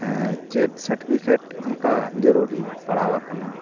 ᱟᱨ ᱪᱮᱫ ᱚᱱᱠᱟ ᱡᱟᱹᱨᱩᱨᱤ ᱯᱟᱲᱟᱣ ᱟᱠᱟᱱᱟ